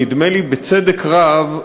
נדמה לי שבצדק רב,